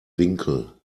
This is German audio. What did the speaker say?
winkel